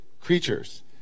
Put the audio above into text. creatures